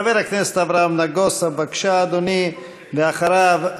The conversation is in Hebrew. חבר הכנסת אברהם נגוסה, בבקשה, אדוני, ואחריו,